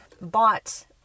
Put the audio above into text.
bought